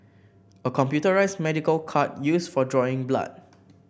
a computerised medical cart used for drawing blood